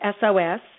SOS